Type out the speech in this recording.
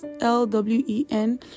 L-W-E-N